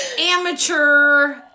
amateur